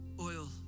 oil